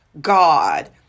God